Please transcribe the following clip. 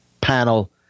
panel